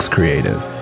Creative